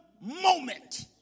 moment